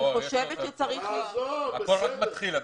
כאן זה מתחיל.